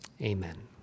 Amen